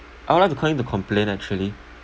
I would like to call in to complain actually